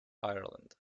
ireland